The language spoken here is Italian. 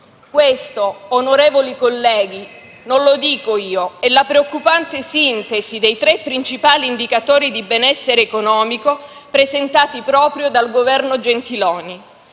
Questo, onorevoli colleghi, non lo dico io, ma è la preoccupante sintesi dei tre principali indicatori di benessere economico presentati proprio dal Governo Gentiloni